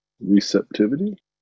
receptivity